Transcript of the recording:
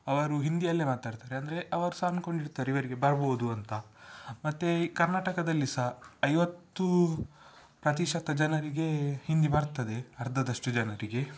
ಅವರು ಹಿಂದಿಯಲ್ಲೇ ಮಾತಾಡ್ತಾರೆ ಅಂದರೆ ಅವರು ಸಹ ಅಂದ್ಕೊಂಡಿರ್ತಾರೆ ಇವರಿಗೆ ಬರ್ಬೋದು ಅಂತ ಮತ್ತು ಈ ಕರ್ನಾಟಕದಲ್ಲಿ ಸಹ ಐವತ್ತು ಪ್ರತಿಶತ ಜನರಿಗೆ ಹಿಂದಿ ಬರ್ತದೆ ಅರ್ಧದಷ್ಟು ಜನರಿಗೆ